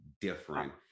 Different